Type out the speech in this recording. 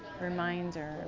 reminder